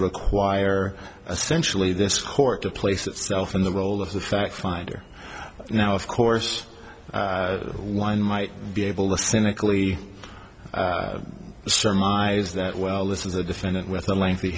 require essentially this court to place itself in the role of the fact finder now of course one might be able to cynically surmise that well this is a defendant with a lengthy